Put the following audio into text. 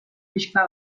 pixka